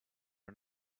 are